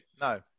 No